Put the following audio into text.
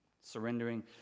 surrendering